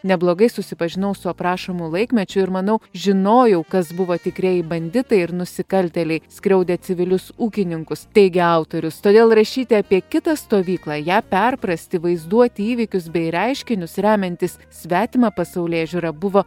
neblogai susipažinau su aprašomu laikmečiu ir manau žinojau kas buvo tikrieji banditai ir nusikaltėliai skriaudė civilius ūkininkus teigia autorius todėl rašyti apie kitą stovyklą ją perprasti vaizduoti įvykius bei reiškinius remiantis svetima pasaulėžiūra buvo